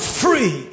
free